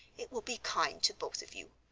it will be kind to both of you,